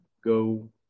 go